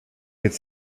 could